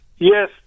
Yes